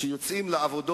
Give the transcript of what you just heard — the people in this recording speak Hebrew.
שר האוצר הציג